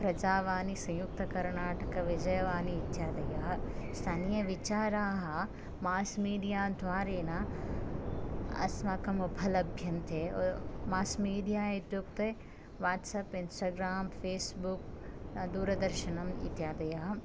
प्रजावणी संयुक्तकर्णाटकविजयवाणी इत्यादयः स्थानीयविचाराः मास् मीडिया द्वारेण अस्माकम् उपलभ्यन्ते मास् मीडिया इत्युक्ते वाट्सप्प् इन्स्टाग्रां फेस्बुक् दूरदर्शनं इत्यादयः